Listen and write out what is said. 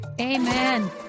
Amen